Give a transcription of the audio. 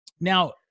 Now